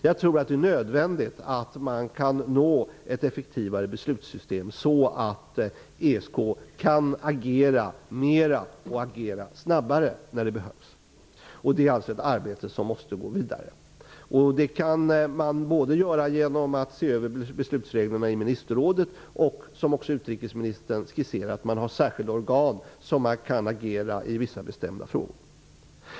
Jag tror att det är nödvändigt att man når ett effektivare beslutssystem för att ESK skall kunna agera mer och snabbare när det behövs. Detta arbete måste alltså drivas vidare. Det kan man göra både genom att se över beslutsreglerna i ministerrådet och -- vilket utrikesminstern skisserade -- genom att ha särskilda organ som kan agera i vissa bestämda frågor.